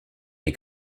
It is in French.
les